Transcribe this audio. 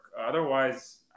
Otherwise